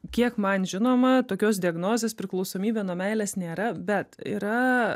kiek man žinoma tokios diagnozės priklausomybė nuo meilės nėra bet yra